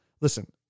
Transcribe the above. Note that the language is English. listen